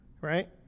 right